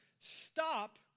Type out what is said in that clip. Stop